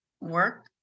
work